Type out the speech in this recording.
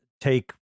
take